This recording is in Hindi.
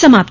समाप्त